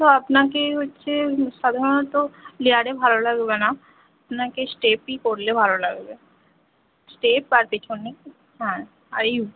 তো আপনাকে হচ্ছে সাধারণত লেয়ারে ভালো লাগবে না আপনাকে স্টেপই করলে ভালো লাগবে স্টেপ আর পেছনে হ্যাঁ আর ইউ